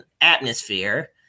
atmosphere